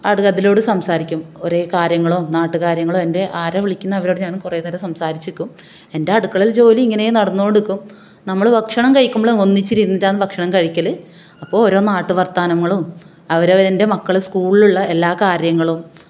അത് അതിലൂടെ സംസാരിക്കും കുറേ കാര്യങ്ങളും നാട്ടു കാര്യങ്ങളും എൻ്റെ ആരാണ് വിളിക്കുന്നത് അവരോട് ഞാൻ കുറേ നേരം സംസാരിച്ച് നിൽക്കും എൻ്റെ അടുക്കളയിൽ ജോലി ഇങ്ങനെ നടന്നുകൊണ്ടിരിക്കും നമ്മൾ ഭക്ഷണം കഴിക്കുമ്പോളും ഒന്നിച്ചിരുന്നിട്ടാണ് ഭക്ഷണം കഴിക്കൽ അപ്പോൾ ഓരോ നാട്ട് വർത്തമാനങ്ങളും അവർ എൻ്റെ മക്കൾ സ്കൂളിലുള്ള എല്ലാ കാര്യങ്ങളും